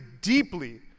deeply